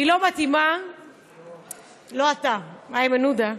לא אתה, איימן עודה.